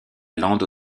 lande